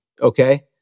okay